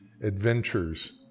adventures